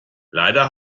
leider